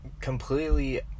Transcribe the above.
completely